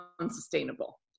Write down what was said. unsustainable